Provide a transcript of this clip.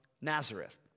Nazareth